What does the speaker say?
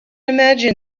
imagine